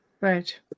Right